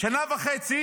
בשנה וחצי